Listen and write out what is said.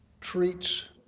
treats